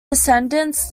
descendants